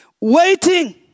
waiting